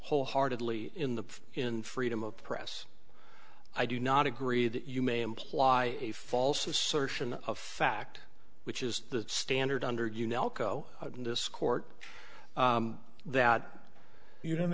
wholeheartedly in the in freedom of press i do not agree that you may imply a false assertion of fact which is the standard under you know in this court that you